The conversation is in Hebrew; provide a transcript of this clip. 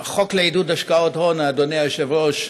החוק לעידוד השקעות הון, אדוני היושב-ראש,